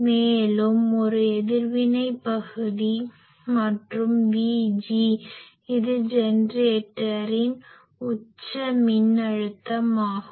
மேலும் ஒரு எதிர்வினை பகுதி மற்றும் VG இது ஜெனரேட்டரின் உச்ச மின்னழுத்தம் ஆகும்